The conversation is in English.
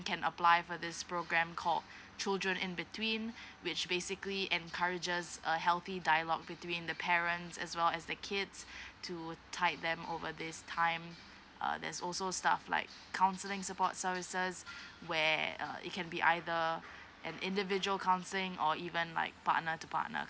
can apply for this programme called children in between which basically encourages a healthy dialogue between the parents as well as the kids to tide them over this time uh there's also stuff like counselling support services where uh it can be either an individual counselling or even like partner to partner